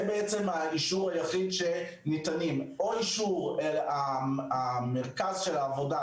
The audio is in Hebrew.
זה בעצם האישור היחיד שניתן מרכז העבודה